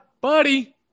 buddy